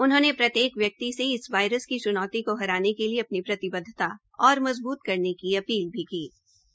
उन्होंने प्रत्येक व्यक्ति से इस वायरस की च्नौती को हराने के लिए अपनी प्रतिबद्वता और मज़बूत करने की अपील की है